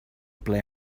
ple